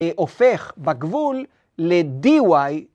‫הופך בגבול ל-DY.